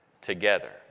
together